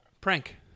Prank